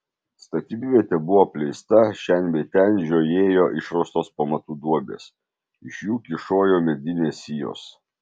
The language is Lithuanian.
statybvietė buvo apleista šen bei ten žiojėjo išraustos pamatų duobės iš jų kyšojo medinės sijos